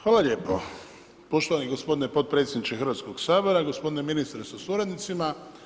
Hvala lijepo poštovani gospodine potpredsjedniče Hrvatskog sabora, gospodine ministre sa suradnicima.